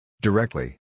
Directly